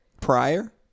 Prior